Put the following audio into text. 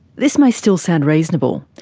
this may still sound reasonable.